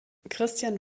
christian